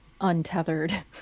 untethered